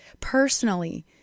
personally